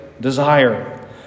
desire